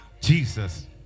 Jesus